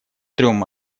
трем